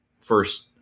first